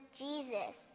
jesus